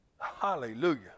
hallelujah